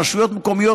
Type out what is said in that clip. רשויות מקומיות,